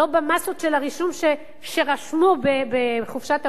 לא במאסות של הרישום שרשמו בחופשת הפסח.